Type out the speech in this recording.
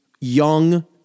young